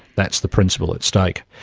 that's the principle at stake.